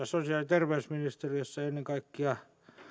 sosiaali ja terveysministeriössä ennen kaikkea